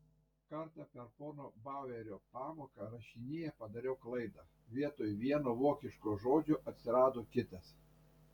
kartą per pono bauerio pamoką rašinyje padariau klaidą vietoj vieno vokiško žodžio atsirado kitas